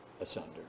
asunder